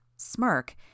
smirk